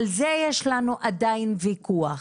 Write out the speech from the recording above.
על זה יש לנו עדיין וויכוח,